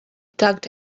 tugged